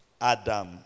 Adam